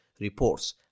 reports